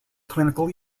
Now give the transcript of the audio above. clinical